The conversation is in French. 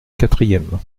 quatrième